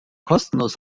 kostenlos